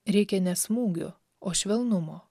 reikia ne smūgių o švelnumo